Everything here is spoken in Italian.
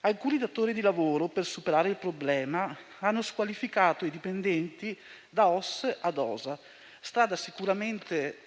Alcuni datori di lavoro per superare il problema hanno squalificato i dipendenti da OSS ad OSA, strada sicuramente